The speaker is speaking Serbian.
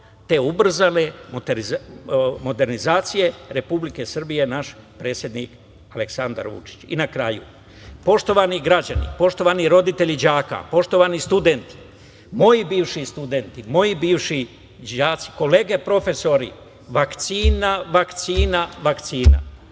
te ubrzane modernizacije Republike Srbije je naš predsednik Aleksandar Vučić. Na kraju, poštovani građani, poštovani roditelji đaka, poštovani studenti, moji bivši studenti, moji bivši đaci, kolege profesori, vakcina, vakcina, vakcina.